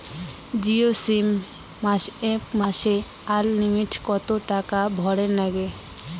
Jio SIM এ মাসে unlimited কত টাকা ভরের নাগে?